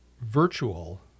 virtual